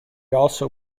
also